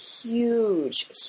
huge